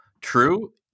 true